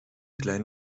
klein